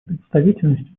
представительность